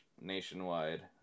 nationwide